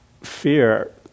fear